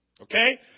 Okay